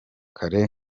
kare